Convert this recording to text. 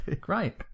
Great